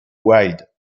wild